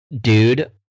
dude